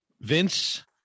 vince